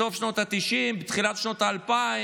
בסוף שנות התשעים, בתחילת שנות האלפיים,